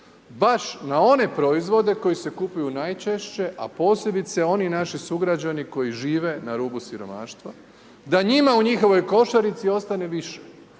baš na one proizvode koji se kupuju najčešće, a posebice oni naši sugrađani koji žive na rubu siromaštva, da njima u njihovoj košarici ostane više.